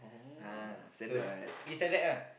ah so it's like that lah